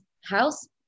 house